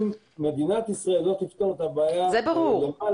אם מדינת ישראל לא תפתור את הבעיה למעלה,